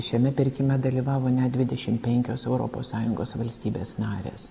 šiame pirkime dalyvavo net dvidešimt penkios europos sąjungos valstybės narės